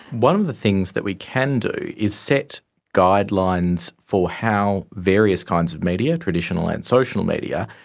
one of the things that we can do is set guidelines for how various kinds of media, traditional and social media,